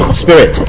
spirit